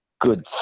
good